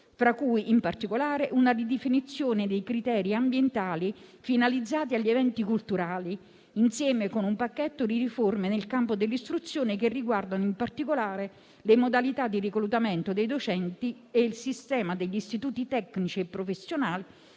tra cui in particolare una definizione dei criteri ambientali finalizzati agli eventi culturali, insieme con un pacchetto di riforme nel campo dell'istruzione che riguardano, in particolare, le modalità di reclutamento dei docenti e il sistema degli istituti tecnici e professionali,